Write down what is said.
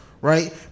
right